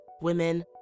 women